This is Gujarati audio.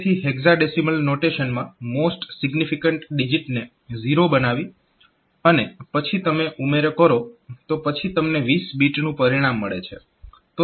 તેથી હેક્સાડેસિમલ નોટેશન માં મોસ્ટ સિગ્નિફિકન્ટ ડિજીટ ને 0 બનાવી અને પછી તમે ઉમેરો કરો તો પછી તમને 20 બીટનું પરિણામ મળે છે